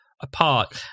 apart